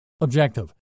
Objective